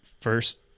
first